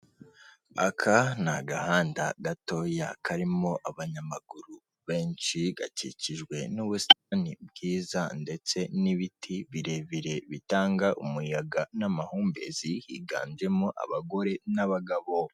Aka ni agahanda gatoya karimo abanyamaguru benshi gakikijwe n'ubusitani bwiza ndetse n'ibiti birebire bitanga umuyaga n'amahumbezi, higanjemo abagore n'abagabo.